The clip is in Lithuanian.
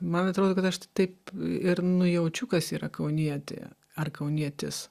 man atrodo kad aš taip ir nujaučiu kas yra kaunietė ar kaunietis